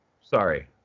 Sorry